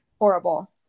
Horrible